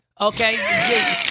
Okay